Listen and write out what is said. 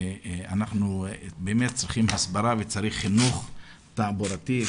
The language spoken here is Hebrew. שבאמת צריכים הסברה וחינוך תעבורתי,